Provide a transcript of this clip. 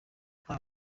nta